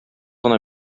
гына